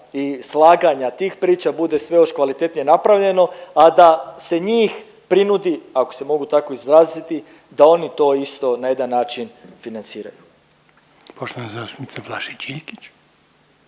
i slaganja tih priča bude sve još kvalitetnije napravljeno, a da se njih prinudi ako se mogu tako izraziti da oni to isto na jedan način financiraju. **Reiner, Željko